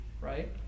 right